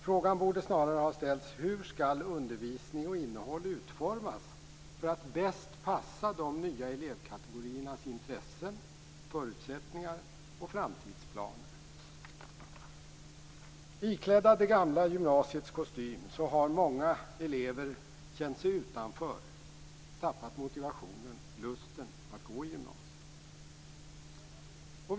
Frågan borde snarare ha ställts: Hur skall undervisning och innehåll utformas för att bäst passa de nya elevkategoriernas intressen, förutsättningar och framtidsplaner? Iklädda de gamla gymnasiets kostym har många elever känt sig utanför och tappat motivationen och lusten att gå i gymnasiet.